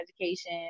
education